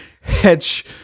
hedge